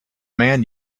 man